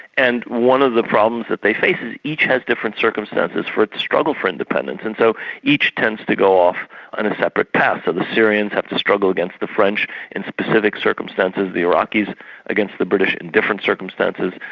and one of the problems that they face is each has different circumstances for its struggle for independence and so each tends to go off and in a separate path. so the syrians had to struggle against the french in specific circumstances the iraqis against the british in different circumstances,